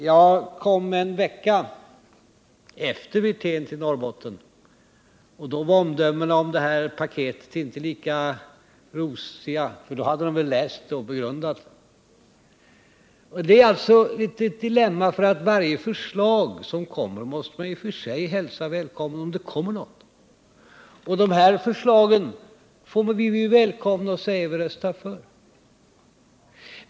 Jag kom till Norrbotten en vecka efter Rolf Wirtén, och då var omdömena om detta paket inte lika rosiga, för då hade man väl läst och begrundat innehållet i det. Det är alltså ett litet dilemma, för varje förslag som kommer måste man ju hälsa välkommet — om det kommer något. Vi borde säga att vi välkomnar de här förslagen och vi röstar för dem.